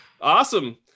awesome